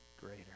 greater